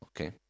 okay